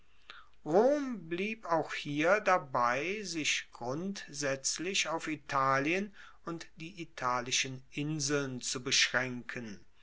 blieb auch hier dabei sich grundsaetzlich auf italien und die italischen inseln zu beschraenken